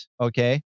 okay